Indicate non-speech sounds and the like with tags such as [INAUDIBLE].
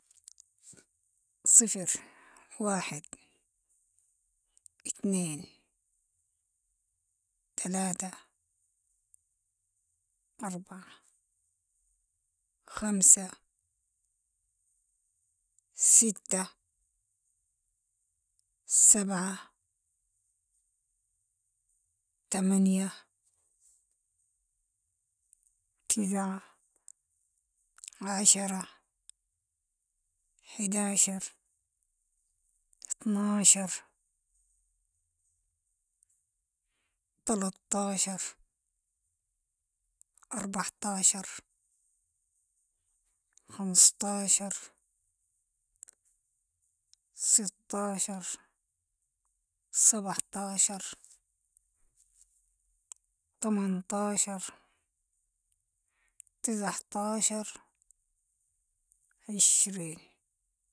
صفر، واحد، اتنين، تلاتة، اربعة، خمسة، ستة، سبعة، تمنية، تسعة، عشرة، حداشر، اتناشر، تلتاشر، اربعطاشر، خمسطاشر، سطاشر، سبعطجاشر، [NOISE] تمنطاشر، تسعطاشر، عشرين.